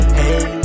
hey